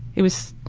it was,